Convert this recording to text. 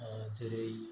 जेरै